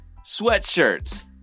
sweatshirts